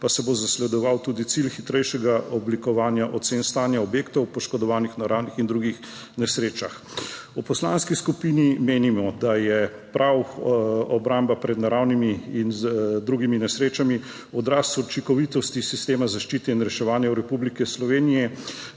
pa se bo zasledoval tudi cilj hitrejšega oblikovanja ocen stanja objektov, poškodovanih v naravnih in drugih nesrečah. V poslanski skupini menimo, da je prav obramba pred naravnimi in drugimi nesrečami odraz učinkovitosti sistema zaščite in reševanja v Republiki Sloveniji,